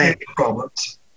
problems